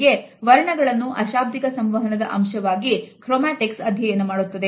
ಹೀಗೆ ವರ್ಣಗಳನ್ನು ಅಶಾಬ್ದಿಕ ಸಂವಹನದ ಅಂಶವಾಗಿ Chromatics ಅಧ್ಯಯನ ಮಾಡುತ್ತದೆ